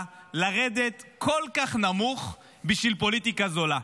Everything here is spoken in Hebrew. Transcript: לרדת כל כך נמוך בשביל פוליטיקה זולה?